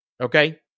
Okay